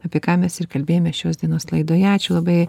apie ką mes ir kalbėjomės šios dienos laidoje ačiū labai